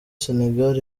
senegal